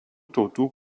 tautų